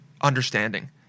understanding